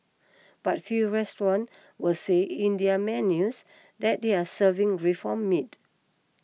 but few restaurants will say in their menus that they are serving reformed meat